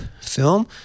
film